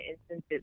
instances